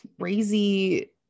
crazy